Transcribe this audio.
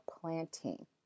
planting